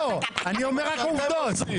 אני אומר רק עובדות.